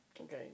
Okay